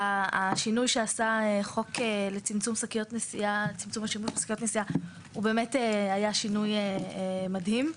השינוי שעשה חוק צמצום השימוש בשקיות נשיאה הוא באמת היה שינוי מדהים.